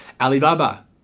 Alibaba